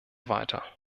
weiter